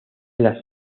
las